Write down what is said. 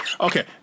Okay